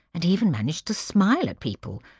and even managed to smile at people,